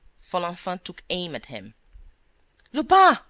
folenfant took aim at him lupin,